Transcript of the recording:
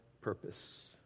purpose